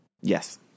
Yes